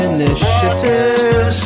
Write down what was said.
Initiative